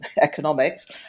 economics